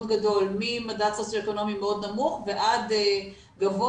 גדול ממדד סוציו אקונומי מאוד נמוך ועד גבוה,